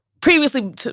previously